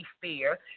fear